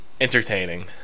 entertaining